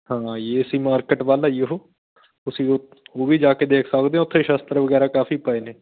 ਹਾਂ ਜੀ ਏ ਸੀ ਮਾਰਕੀਟ ਵੱਲ ਆ ਜੀ ਉਹ ਤੁਸੀਂ ਉ ਉਹ ਵੀ ਜਾ ਕੇ ਦੇਖ ਸਕਦੇ ਹੋ ਉੱਥੇ ਸ਼ਾਸਤਰ ਵਗੈਰਾ ਕਾਫ਼ੀ ਪਏ ਨੇ